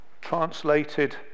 translated